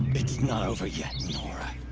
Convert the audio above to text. it's not over yet, nora.